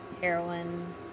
heroin